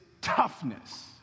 toughness